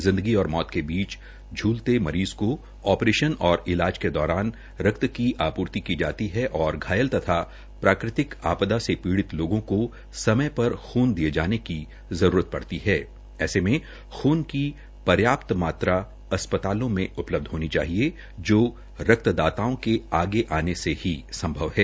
जिंदगी और मौत के दौरान रक्तदान की आपूर्ति की जाती है और घायल तथा प्राकृतिक आपदा से पीडित लोगों को सयम पर खून दिये जाने की जरूरत पड़ती है ऐसे में खून की पर्याप्त मात्रा में अस्पतालों में उपलब्ध होनी चाहिए जो रक्तदाताओं के आगे आने से ही संभव है